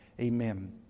Amen